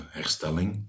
herstelling